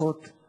באופן אישי